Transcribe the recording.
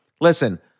listen